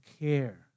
care